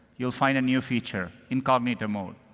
you'll find a new feature, incognito mode.